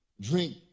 drink